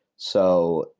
so,